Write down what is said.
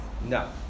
No